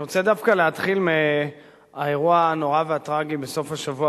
אני רוצה דווקא להתחיל מהאירוע הנורא והטרגי בסוף השבוע